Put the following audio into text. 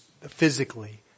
physically